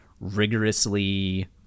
rigorously